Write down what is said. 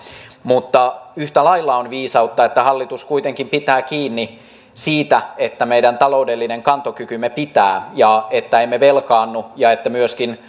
mutta yhtä lailla on viisautta että hallitus kuitenkin pitää kiinni siitä että meidän taloudellinen kantokykymme pitää ja että emme velkaannu ja että myöskin